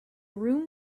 room